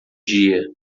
dia